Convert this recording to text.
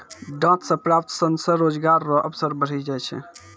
डांट से प्राप्त सन से रोजगार रो अवसर बढ़ी जाय छै